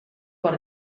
per